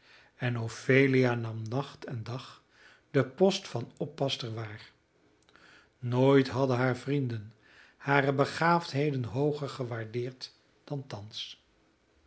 en ophelia nam nacht en dag den post van oppasster waar nooit hadden hare vrienden hare begaafdheden hooger gewaardeerd dan thans